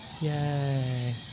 yay